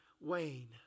Wayne